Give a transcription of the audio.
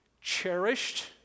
cherished